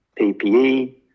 PPE